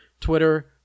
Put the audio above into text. Twitter